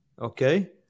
Okay